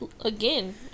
Again